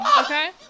okay